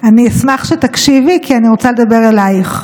אשמח שתקשיבי, כי אני רוצה לדבר אלייך.